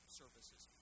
services